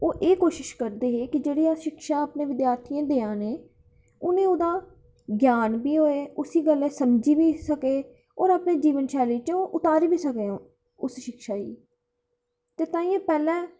ते ओह् एह् कोशिश करदे हे की एह् जेह्ड़ा ज्ञान ऐ उसी ओह्दा ज्ञान बी होये ते उसी गल्ल गी समझी बी सकै ते होर अपनी जीवन शैली च उतारी बी सकै उस शिक्षा गी ते तां गै पैह्लें